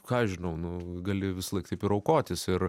ką aš žinau nu gali visąlaik taip ir aukotis ir